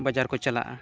ᱵᱟᱡᱟᱨ ᱠᱚ ᱪᱟᱞᱟᱜᱼᱟ